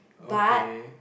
okay